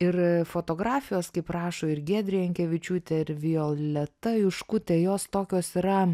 ir fotografijos kaip rašo ir giedrė jankevičiūtė ir violeta juškutė jos tokios yra